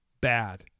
bad